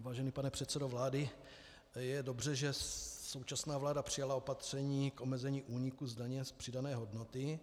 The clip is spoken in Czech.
Vážený pane předsedo vlády, je dobře, že současná vláda přijala opatření k omezení úniků z daně z přidané hodnoty.